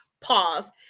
Pause